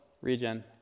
Regen